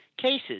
Cases